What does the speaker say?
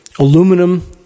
Aluminum